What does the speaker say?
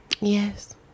yes